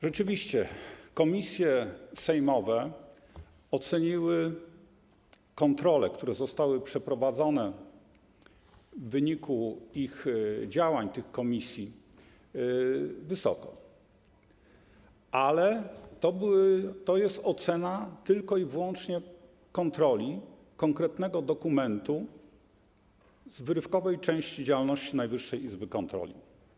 Rzeczywiście komisje sejmowe oceniły kontrole, które zostały przeprowadzone, w wyniku działań tych komisji wysoko, ale to jest ocena tylko i wyłącznie kontroli konkretnego dokumentu z wyrywkowej części działalności Najwyższej Izby Kontroli.